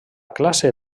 classe